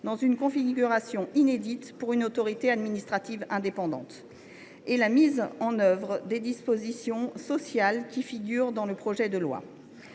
dans une configuration inédite pour une autorité administrative indépendante ; la mise en œuvre claire des dispositions sociales qui figurent dans le projet de loi.